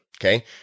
Okay